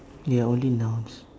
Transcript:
ya only nouns